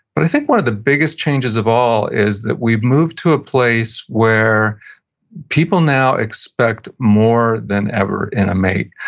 but i think one of the biggest changes of all is that we've moved to a place where people now expect more than ever in a mate.